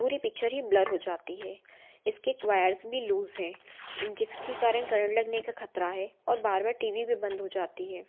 पूरी पिच्चर ही ब्लर हो जाती है इसके वायर्स भी लूज़ हैं जिसके कारण करेंट लगने का ख़तरा है और बार बार टी वी भी बंद हो जाती है